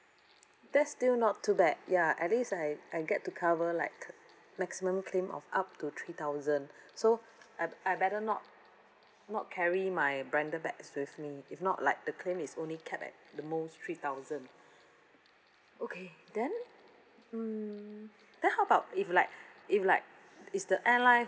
that's still not too bad ya at least I I get to cover like maximum claim of up to three thousand so I'd I better not not carry my branded bags with me if not like the claim is only capped at the most three thousand okay then mm then how about if like if like is the airline